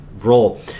role